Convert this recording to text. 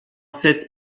cette